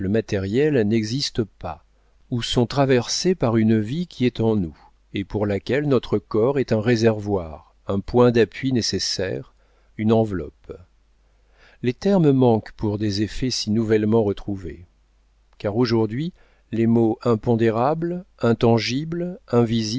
matériels n'existent pas ou sont traversés par une vie qui est en nous et pour laquelle notre corps est un réservoir un point d'appui nécessaire une enveloppe les termes manquent pour des effets si nouvellement retrouvés car aujourd'hui les mots impondérables intangibles